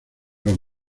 los